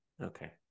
Okay